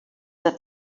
that